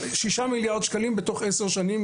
6 מיליארד שקלים בתוך עשר שנים,